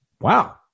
Wow